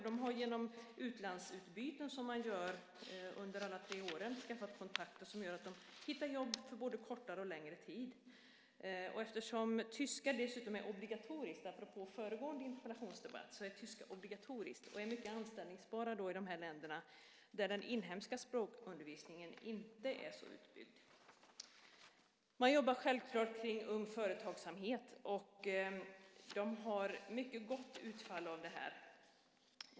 De har med hjälp av utlandsutbyten, som görs under alla tre åren, skaffat kontakter som gör att de hittar jobb för både kortare och längre tid. Eftersom tyska är obligatoriskt - apropå föregående interpellationsdebatt - är de mycket anställningsbara i de länder där den inhemska språkundervisningen inte är så utbyggd. De jobbar självklart tillsammans med Ung Företagsamhet. De har ett mycket gott utfall av det.